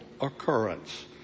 occurrence